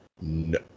no